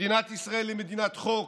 מדינת ישראל היא מדינת חוק.